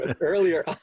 earlier